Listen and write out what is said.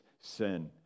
sin